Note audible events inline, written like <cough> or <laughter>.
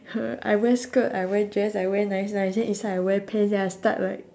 <noise> I wear skirt I wear dress I wear nice nice then inside I wear pants then I start like